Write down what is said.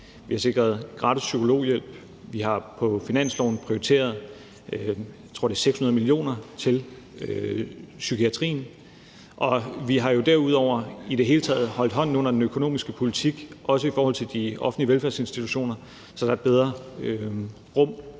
Vi har sikret gratis psykologhjælp. Vi har på finansloven prioriteret, jeg tror, det var 600 mio. kr. til psykiatrien. Og vi har jo derudover i det hele taget holdt hånden under den økonomiske politik, også i forhold til de offentlige velfærdsinstitutioner, så der er bedre rum